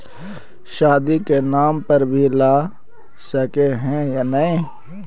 शादी के नाम पर भी ला सके है नय?